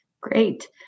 Great